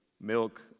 milk